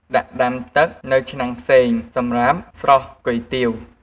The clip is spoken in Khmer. ដាក់ដាំទឹក នៅឆ្នាំងផ្សេង សម្រាប់ស្រុះគុយទាវ។